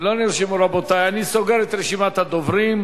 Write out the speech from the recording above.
רבותי, אני סוגר את רשימת הדוברים.